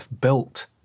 built